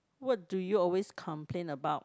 what do you always complain about